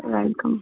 welcome